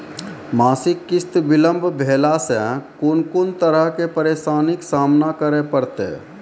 मासिक किस्त बिलम्ब भेलासॅ कून कून तरहक परेशानीक सामना करे परतै?